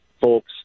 folks